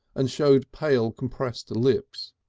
and showed pale, compressed lips.